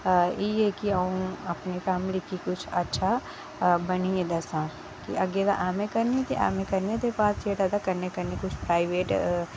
इ'यै कि अ'ऊं अपनी फैमिली गी अच्छा बनियै दस्सां ते अग्गें ऐम्मए करनी ते ऐम्मए करने दे बाद जेह्ड़ा कि किश प्राईवेट